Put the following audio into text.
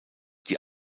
die